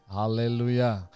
hallelujah